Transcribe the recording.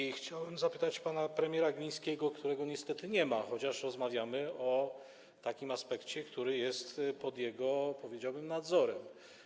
I chciałem zapytać pana premiera Glińskiego, którego niestety nie ma, chociaż rozmawiamy o takim aspekcie, który jest pod jego, powiedziałbym, nadzorem.